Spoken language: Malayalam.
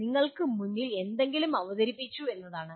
അതിനർത്ഥം നിങ്ങൾക്ക് മുന്നിൽ എന്തെങ്കിലും അവതരിപ്പിച്ചു എന്നാണ്